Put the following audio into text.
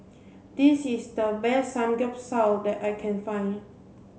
this is the best Samgyeopsal that I can find